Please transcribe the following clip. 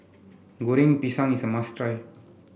Goreng Pisang is a must try